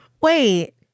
Wait